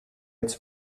its